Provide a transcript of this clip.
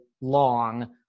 long